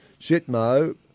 Shitmo